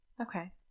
Okay